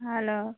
hello